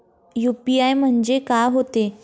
UPI म्हणजे का होते?